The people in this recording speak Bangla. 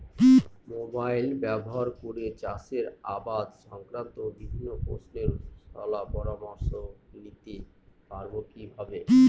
মোবাইল ব্যাবহার করে চাষের আবাদ সংক্রান্ত বিভিন্ন প্রশ্নের শলা পরামর্শ নিতে পারবো কিভাবে?